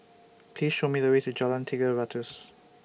Please Show Me The Way to Jalan Tiga Ratus